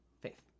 faith